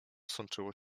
sączyło